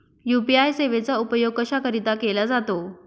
UPI सेवेचा उपयोग कशाकरीता केला जातो?